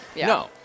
No